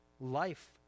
life